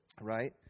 right